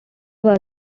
was